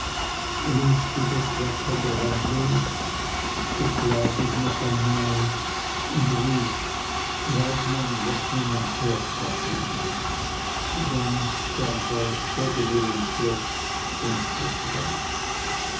löste das blatt von der wand los durchlas es noch einmal und rief waldmann laß mir mein pferd satteln sodann sternbald folge mir ins schloß und verschwand